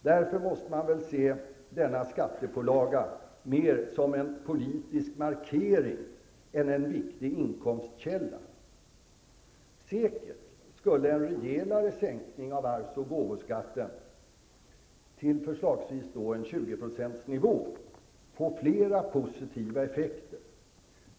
Därför måste man väl se denna skattepålaga mer som en politisk markering än som en viktig inkomstkälla. Säkert skulle en rejälare sänkning av arvs och gåvoskatten till förslagsvis en nivå på 20 % få flera positiva effekter.